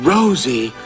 Rosie